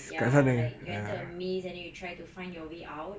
ya like you enter a maze and then you try to find your way out